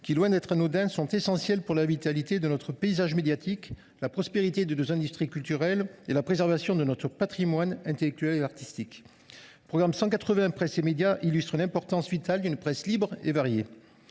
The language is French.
qui, loin d’être anodins, sont essentiels pour la vitalité de notre paysage médiatique, la prospérité de nos industries culturelles et la préservation de notre patrimoine intellectuel et artistique. Le programme 180 « Presse et médias » illustre l’importance vitale d’une presse libre et variée.